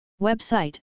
Website